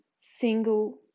single